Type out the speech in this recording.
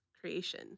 creation